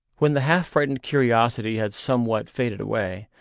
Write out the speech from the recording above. when the half-frightened curiosity had somewhat faded away,